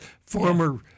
former